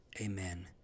Amen